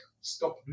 stop